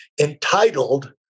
entitled